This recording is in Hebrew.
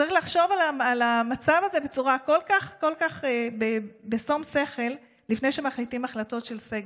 צריך לחשוב על המצב המטורף כל כך בשום שכל לפני שמחליטים החלטות על סגר.